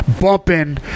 bumping